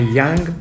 young